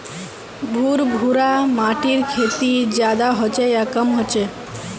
भुर भुरा माटिर खेती ज्यादा होचे या कम होचए?